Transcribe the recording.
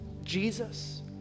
Jesus